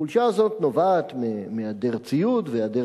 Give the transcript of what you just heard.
החולשה הזאת נובעת מהיעדר ציוד והיעדר